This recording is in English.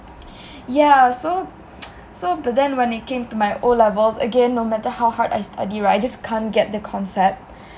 yah so so but then when it came to my O levels again no matter how hard I study right I just can't get the concept